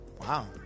wow